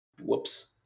whoops